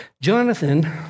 Jonathan